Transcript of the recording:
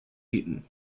heaton